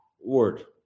word